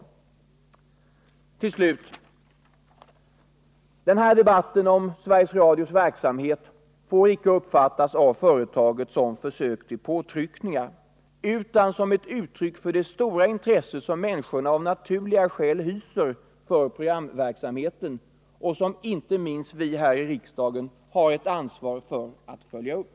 Jag vill avslutningsvis framhålla att den här debatten om Sveriges Radios verksamhet icke får uppfattas av företaget som försök till påtryckningar utan som ett uttryck för det stora intresse som människorna av naturliga skäl hyser för programverksamheten och som inte minst vi här i riksdagen har ett ansvar att följa upp.